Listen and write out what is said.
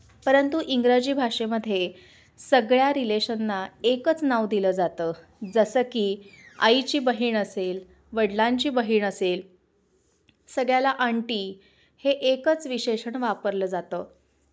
परंतु इंग्रजी भाषेमध्ये सगळ्या रिलेशनना एकच नाव दिलं जातं जसं की आईची बहीण असेल वडिलांची बहीण असेल सगळ्याला आंटी हे एकच विशेषण वापरलं जातं